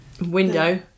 window